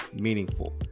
meaningful